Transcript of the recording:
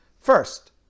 First